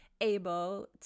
able